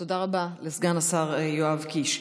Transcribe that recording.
תודה רבה לסגן השר יואב קיש.